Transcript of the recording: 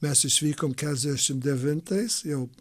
mes išvykom keturiasdešimt devintais jau